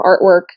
artwork